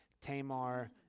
Tamar